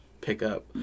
pickup